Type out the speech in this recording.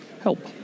help